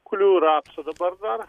kuliu rapsų dabar dar